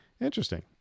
interesting